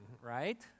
right